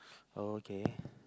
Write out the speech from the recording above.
oh okay